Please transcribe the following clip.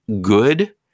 good